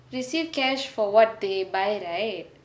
received cash for [what] they buy right